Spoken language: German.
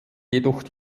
jedoch